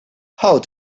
how